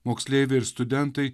moksleiviai ir studentai